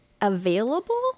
available